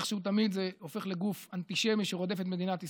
איכשהו תמיד זה הופך לגוף אנטישמי שרודף את מדינת ישראל,